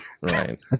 right